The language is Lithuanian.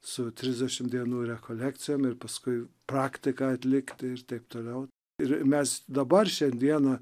su trisdešimt dienų rekolekcijom ir paskui praktiką atlikti ir taip toliau ir mes dabar šiandieną